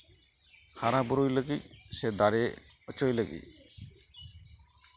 ᱦᱟᱨᱟ ᱵᱩᱨᱩᱭ ᱞᱟᱹᱜᱤᱫ ᱥᱮ ᱫᱟᱨᱮ ᱦᱚᱪᱚᱭ ᱞᱟᱹᱜᱤᱫ